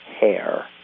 Hair